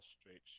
straight